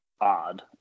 odd